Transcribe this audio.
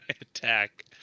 attack